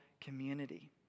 community